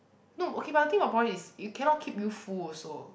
no okay but the thing about porridge is you cannot keep you full also